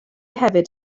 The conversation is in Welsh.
hefyd